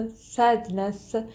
sadness